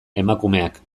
emakumeak